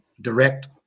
direct